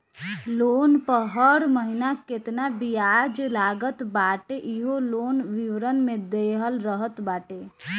loan पअ हर महिना केतना बियाज लागत बाटे इहो लोन विवरण में देहल रहत बाटे